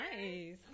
Nice